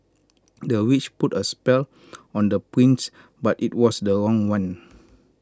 the witch put A spell on the prince but IT was the wrong one